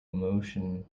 emotion